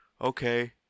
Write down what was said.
okay